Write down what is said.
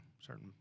certain